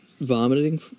vomiting